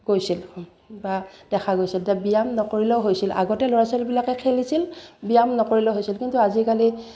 গৈছিল বা দেখা গৈছিল এতিয়া ব্যায়াম নকৰিলেও হৈছিল আগতে ল'ৰা ছোৱালীবিলাকে খেলিছিল ব্যায়াম নকৰিলেও হৈছিল কিন্তু আজিকালি